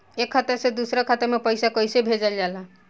एक खाता से दूसरा खाता में पैसा कइसे भेजल जाला?